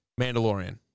Mandalorian